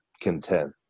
content